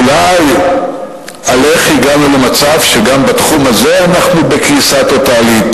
אולי על איך הגענו למצב שגם בתחום הזה אנחנו בקריסה טוטלית,